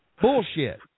Bullshit